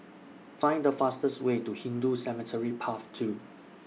Find The fastest Way to Hindu Cemetery Path two